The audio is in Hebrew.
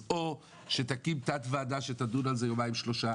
אז או שתקים תת-ועדה שתדון על זה יומיים שלושה,